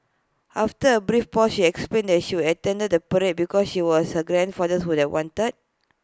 after A brief pause she explained that she attended the parade because she was her grandfather would have wanted